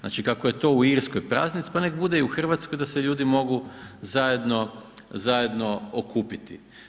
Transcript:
Znači kako je to u Irskoj praznik, pa neka bude i u Hrvatskoj da se ljudi mogu zajedno okupiti.